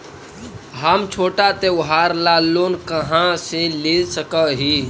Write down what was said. हम छोटा त्योहार ला लोन कहाँ से ले सक ही?